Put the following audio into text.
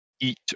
eat